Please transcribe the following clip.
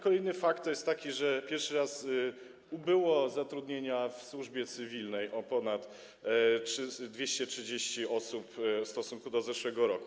Kolejny fakt jest taki, że pierwszy raz ubyło zatrudnienia w służbie cywilnej, o ponad 230 osób, w stosunku do zeszłego roku.